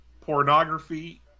pornography